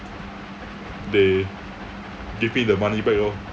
they gave me the money back lor